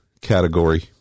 category